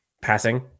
Passing